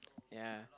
ya